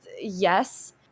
yes